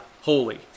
holy